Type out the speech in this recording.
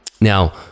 Now